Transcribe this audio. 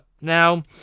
Now